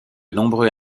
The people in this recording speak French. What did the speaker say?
nombreux